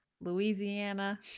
Louisiana